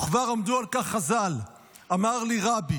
וכבר עמדו על כך חז"ל: "אמר לי: רבי,